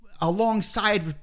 alongside